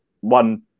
One